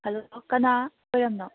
hello ꯀꯅꯥ ꯑꯣꯏꯔꯕꯅꯣ